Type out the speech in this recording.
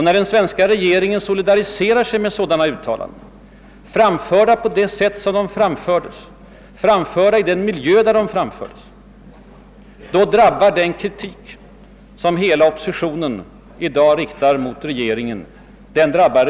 När den svenska regeringen = solidariserar sig med sådana uttalanden, framförda på det sätt som skett och i ett sådant sammanhang, då drabbar den kritik som hela oppositionen i dag riktar mot regeringen, denna som sådan.